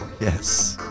Yes